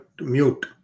mute